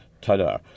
ta-da